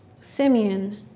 Simeon